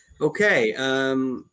Okay